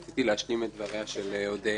רק רציתי להשלים את דבריה של אודיה